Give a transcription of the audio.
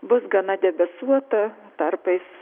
bus gana debesuota tarpais